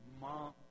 mom